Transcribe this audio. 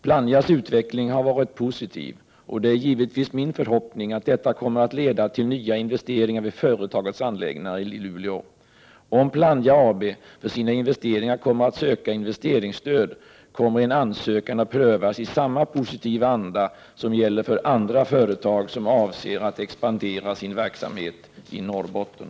Plannjas utveckling har varit positiv, och det är givetvis min förhoppning att detta kommer att leda till nya investeringar vid företagets anläggningar i Luleå. Om Plannja AB för sina investeringar kommer att söka investeringsstöd, kommer en ansökan att prövas i samma positiva anda som gäller för andra företag som avser att expandera sin verksamhet i Norrbotten.